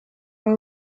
all